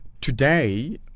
today